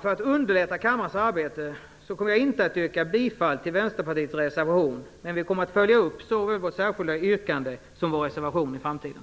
För att underlätta kammarens arbete kommer jag inte att yrka bifall till Vänsterpartiets reservation, men vi kommer att följa upp såväl vårt särskilda yrkande som vår reservation i framtiden.